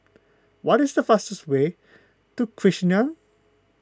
what is the fastest way to Chisinau